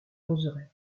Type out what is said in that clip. roseraie